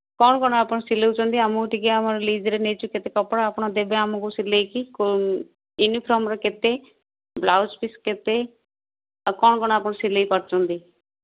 କ'ଣ କ'ଣ ଆପଣ ସିଲଉଛନ୍ତି ଆମକୁ ଟିକେ ଆମର ଲିଜ୍ରେ ନେଇକି କେତେ କପଡ଼ା ଦେବେ ଆମକୁ ଆପଣ ସିଲେଇକି କୋଉ ୟୁନିଫର୍ମର କେତେ ବ୍ଳାଉଜ୍ ପିସ୍ କେତେ ଆଉ କ'ଣ କ'ଣ ଆପଣ ସିଲେଇ ପାରୁଛନ୍ତି